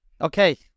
Okay